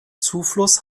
zufluss